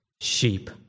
sheep